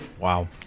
Wow